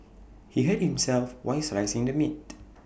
he hit himself while slicing the meat